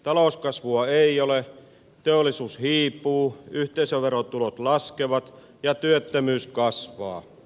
talouskasvua ei ole teollisuus hiipuu yhteisöverotulot laskevat ja työttömyys kasvaa